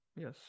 Yes